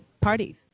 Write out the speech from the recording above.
parties